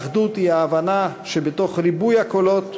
האחדות היא ההבנה שבתוך ריבוי הקולות,